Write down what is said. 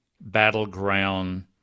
battleground